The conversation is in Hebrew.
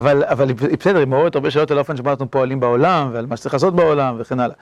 אבל היא בסדר, היא מעוררת הרבה שאלות על האופן שבה אנחני פועלים בעולם ועל מה שצריך לעשות בעולם וכן הלאה.